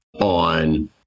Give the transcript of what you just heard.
on